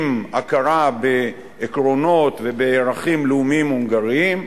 עם הכרה בעקרונות ובערכים לאומיים הונגריים.